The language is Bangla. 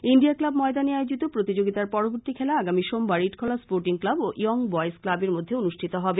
ইন্ডিয়া ক্লাব ময়দানে আয়োজিত প্রতিযোগীতার পরবর্তী খেলা আগামী সোমবার ইটখলা স্পোর্টিং ক্লাব ও ইয়ং বয়েজ ক্লাবের মধ্যে অনুষ্ঠিত হবে